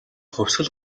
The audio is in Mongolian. хувьсгал